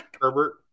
Herbert